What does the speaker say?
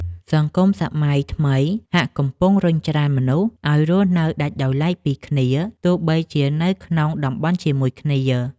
សង្គមសម័យថ្មីហាក់កំពុងរុញច្រានមនុស្សឱ្យរស់នៅដាច់ដោយឡែកពីគ្នាទោះបីជានៅក្នុងតំបន់ជាមួយគ្នា។